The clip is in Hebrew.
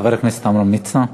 חבר הכנסת עמרם מצנע.